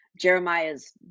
Jeremiah's